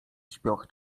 śpioch